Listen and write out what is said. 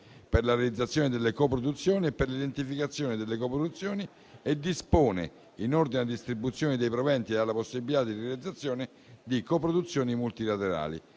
per la realizzazione delle coproduzioni e per l'identificazione delle coproduzioni e dispone in ordine alla distribuzione dei proventi e alla possibilità di realizzazione di coproduzioni multilaterali.